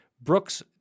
Brooks